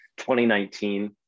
2019